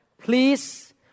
please